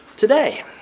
today